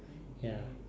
ya